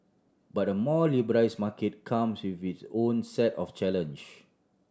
but the more liberalise market comes with its own set of challenge